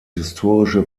historische